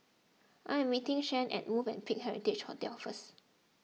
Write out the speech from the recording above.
I am meeting Shianne at Movenpick Heritage Hotel first